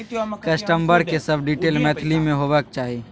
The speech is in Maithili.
कस्टमर के सब डिटेल मैथिली में होबाक चाही